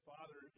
Father